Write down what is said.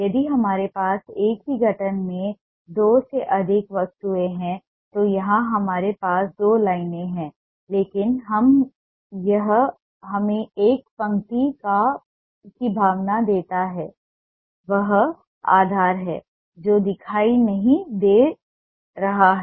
यदि हमारे पास एक ही गठन में दो से अधिक वस्तुएं हैं तो यहां हमारे पास दो लाइनें हैं लेकिन यह हमें एक पंक्ति की भावना देता है वह आधार है जो दिखाई नहीं दे रहा है